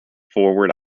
forward